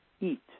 eat